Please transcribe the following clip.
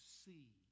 see